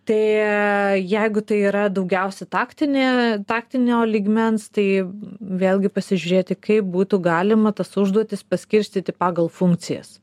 tai jeigu tai yra daugiausia taktinė taktinio lygmens tai vėlgi pasižiūrėti kaip būtų galima tas užduotis paskirstyti pagal funkcijas